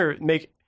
make